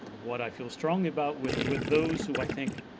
what i feel strongly about with with those who i think,